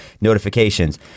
notifications